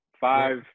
five